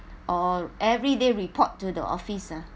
or every day report to the office ah